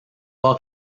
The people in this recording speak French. pas